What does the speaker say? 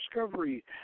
discovery